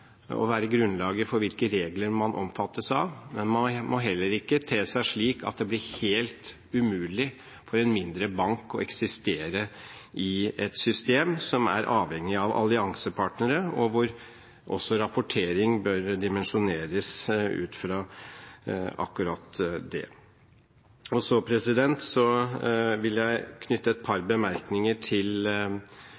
og være grunnlaget for hvilke regler man omfattes av, men man må heller ikke te seg slik at det blir helt umulig for en mindre bank å eksistere i et system som er avhengig av alliansepartnere. Også rapportering bør dimensjoneres ut fra akkurat det. Så vil jeg knytte et par bemerkninger til